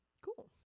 Cool